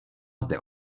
zde